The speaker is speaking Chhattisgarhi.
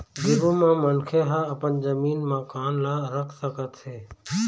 गिरवी म मनखे ह अपन जमीन, मकान ल रख सकत हे